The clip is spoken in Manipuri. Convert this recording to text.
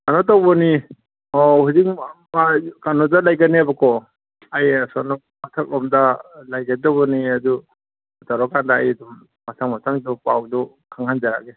ꯀꯩꯅꯣ ꯇꯧꯕꯅꯤ ꯑꯣ ꯍꯧꯖꯤꯛ ꯀꯩꯅꯣꯗ ꯂꯩꯒꯅꯦꯕꯀꯣ ꯑꯩ ꯑꯁꯣꯝ ꯃꯊꯛ ꯂꯣꯝꯗ ꯂꯩꯒꯗꯧꯕꯅꯤ ꯑꯗꯨ ꯇꯧꯔ ꯀꯥꯟꯗ ꯑꯩ ꯑꯗꯨꯝ ꯃꯊꯪ ꯃꯊꯪꯗꯨ ꯄꯥꯎꯗꯨ ꯈꯪꯍꯟꯖꯔꯛꯑꯒꯦ